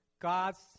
God's